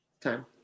Time